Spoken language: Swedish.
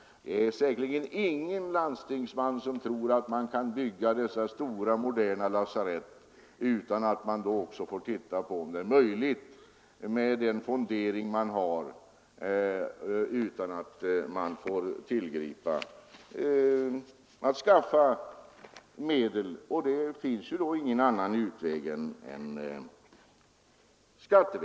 Det finns säkerligen ingen landstingsman som tror att det går att bygga dessa stora, moderna lasarett utan att skaffa medel — och om inte fonderade medel räcker till finns det ingen annan utväg än att skaffa medel via skatter.